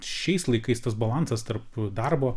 šiais laikais tas balansas tarp darbo